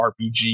RPG